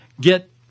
get